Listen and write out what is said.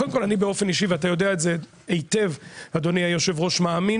קודם כל אני באופן אישי ואתה יודע את זה היטב אדוני היושב ראש מאמין